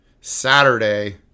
Saturday